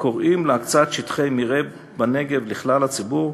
קוראים להקצאת שטחי מרעה בנגב לכלל הציבור.